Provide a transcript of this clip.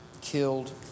killed